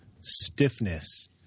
stiffness